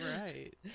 Right